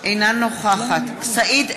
אינה נוכחת סעיד אלחרומי,